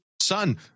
son